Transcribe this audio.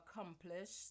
accomplished